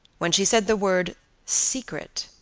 when she said the word secret,